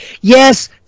yes